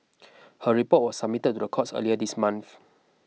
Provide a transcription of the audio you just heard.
her report was submitted to the courts earlier this month